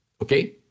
Okay